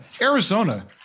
Arizona